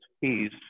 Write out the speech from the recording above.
peace